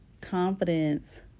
confidence